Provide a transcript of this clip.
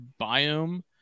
biome